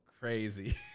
crazy